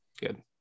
Good